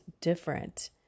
different